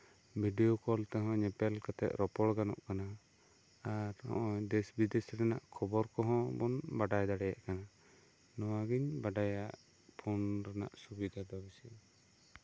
video call ᱛᱮᱦᱚᱸ ᱧᱮᱯᱮᱞ ᱠᱟᱛᱮᱜ ᱨᱚᱯᱚᱲ ᱜᱟᱱᱚᱜ ᱠᱟᱱᱟ ᱟᱨ ᱱᱚᱜ ᱚᱭ ᱫᱮᱥ ᱵᱤᱫᱮᱥ ᱨᱮᱱᱟᱜ ᱠᱷᱚᱵᱚᱨ ᱠᱚᱦᱚᱸ ᱵᱚᱱ ᱵᱟᱰᱟᱭ ᱫᱟᱲᱮᱭᱟᱜ ᱠᱟᱱᱟ ᱵᱟᱰᱟᱭᱟ ᱱᱚᱣᱟ ᱜᱤᱧ ᱵᱟᱰᱟᱭᱟ ᱯᱷᱳᱱ ᱨᱮᱱᱟᱜ ᱥᱩᱵᱤᱫᱷᱟ ᱫᱚ ᱯᱟᱥᱮᱜ